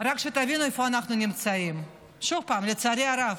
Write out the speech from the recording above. רק שתבינו איפה אנחנו נמצאים, שוב, לצערי הרב,